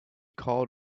called